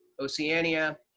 oceania,